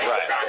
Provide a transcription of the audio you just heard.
Right